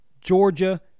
Georgia